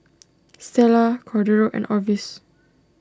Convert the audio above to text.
Stella Cordero and Orvis